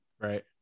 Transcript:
Right